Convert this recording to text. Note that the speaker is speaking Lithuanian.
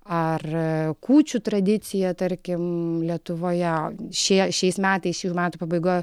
ar kūčių tradiciją tarkim lietuvoje šie šiais metais šių metų pabaigoje